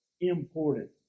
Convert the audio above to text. important